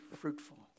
fruitful